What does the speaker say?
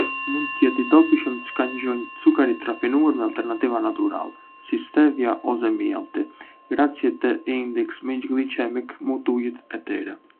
Mund të jetë i dobishëm të shkanjon cukari të rafinuar me alternativa natyrale, si stevia ose mjalti, graxie të indeks glicemik më të ulët e tire